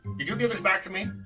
you give give this back to me?